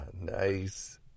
Nice